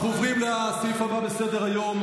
אנחנו עוברים לסעיף הבא בסדר-היום,